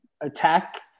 attack